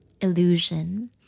illusion